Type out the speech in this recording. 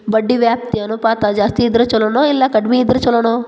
ಬಡ್ಡಿ ವ್ಯಾಪ್ತಿ ಅನುಪಾತ ಜಾಸ್ತಿ ಇದ್ರ ಛಲೊನೊ, ಇಲ್ಲಾ ಕಡ್ಮಿ ಇದ್ರ ಛಲೊನೊ?